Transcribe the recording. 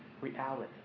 reality